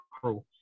crew